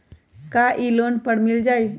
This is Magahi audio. का इ लोन पर मिल जाइ?